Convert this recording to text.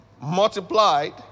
Multiplied